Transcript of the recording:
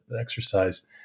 exercise